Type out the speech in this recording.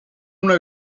una